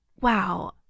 wow